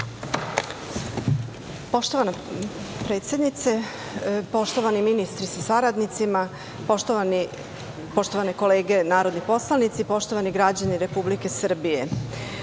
Poštovana predsednice, poštovani ministri, sa saradnicima, poštovane kolege narodni poslanici, poštovani građani Republike Srbije,